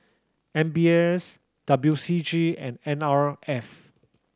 M B S W C G and N R F